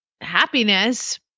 happiness